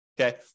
okay